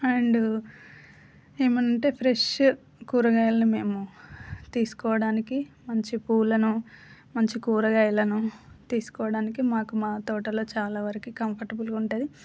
and ఏమి అనంటే fresh కూరగాయలను మేము తీసుకోవడానికి మంచి పూలను మంచి కూరగాయలను తీసుకోవడానికి మాకు మా తోటలో చాలా వరకు కంఫర్టబుల్గా ఉంటుంది